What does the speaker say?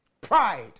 Pride